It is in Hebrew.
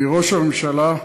מראש הממשלה,